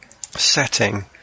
Setting